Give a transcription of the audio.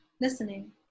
listening